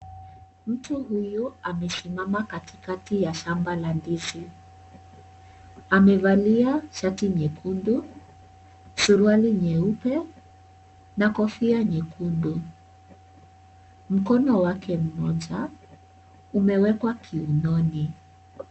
Mtu huyu amesimama katikati ya shamba la ndizi. Amevalia shati nyekundu, suruali nyeupe na kofia nyekundu. Mkono wake mmoja umewekwa kiunoni.